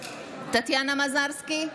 טטיאנה מזרסקי,